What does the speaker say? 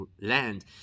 land